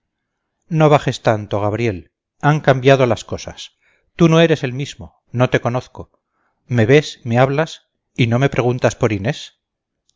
no bajes tanto gabriel han cambiado las cosas tú no eres el mismo no te conozco me ves me hablas y no me preguntas por inés